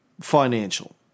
financial